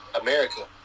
America